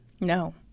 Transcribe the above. No